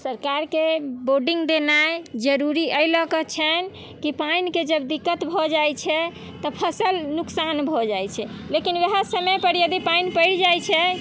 सरकारके बोर्डिङ्ग देनाइ जरूरी एहि लऽके छनि कि पानिके जब दिक्कत भऽ जाइत छै तऽ फसल नुकसान भऽ जाइत छै लेकिन ओएह समय पर यदि पानि पड़ि जाइत छै